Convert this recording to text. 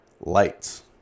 lights